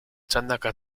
txandaka